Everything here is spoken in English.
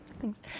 thanks